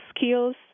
skills